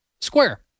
square